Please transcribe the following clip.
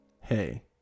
hey